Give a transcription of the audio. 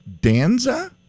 Danza